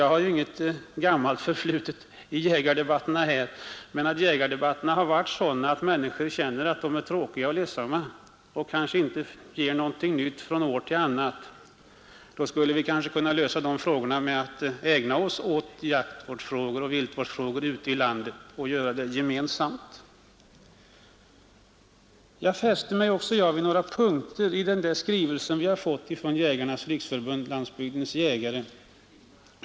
Jag har ju inget gammalt förflutet i jägardebatterna här, men om jägardebatterna har varit så tråkiga att människor uppfattar dem som ledsamma och om de inte ger någonting nytt från år till annat, skulle vi kanske kunna lösa problemet genom att i stället ägna oss åt jaktvårdsfrågor och viltvårdsfrågor ute i landet och göra det gemensamt. Jag fäste mig också vid några punkter i skrivelsen som vi hade fått från Jägarnas riksförbund-Landsbygdens jägare.